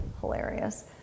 Hilarious